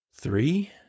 three